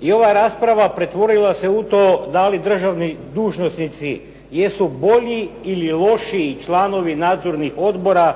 i ova rasprava pretvorila se u to da li državni dužnosnici jesu bolji ili lošiji članovi nadzornih odbora